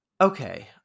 okay